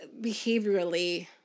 behaviorally